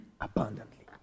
abundantly